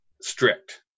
strict